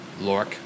Lork